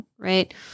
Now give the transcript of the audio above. Right